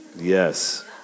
Yes